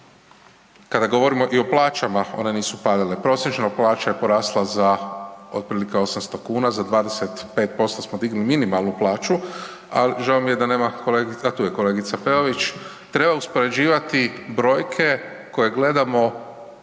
kada govorimo i o plaćama one nisu padale. Prosječno plaća je porasla za otprilike 800 kuna, za 25% smo dignuli minimalnu plaću, a žao mi je da nema kolegice, a tu je kolegica Peović, treba uspoređivati brojke koje gledamo